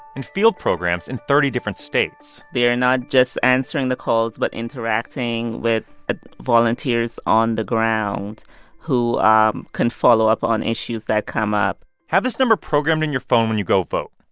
and field programs in thirty different states they're not just answering the calls but interacting with ah volunteers on the ground who um can follow up on issues that come up have this number programmed in your phone when you go vote,